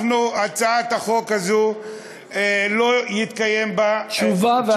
שבהצעת החוק הזו לא יתקיימו תשובה והצבעה.